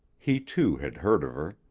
he too had heard of her.